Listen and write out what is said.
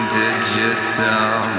digital